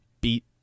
beat